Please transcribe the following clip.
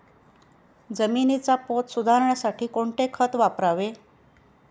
जमिनीचा पोत सुधारण्यासाठी कोणते खत वापरावे?